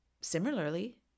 Similarly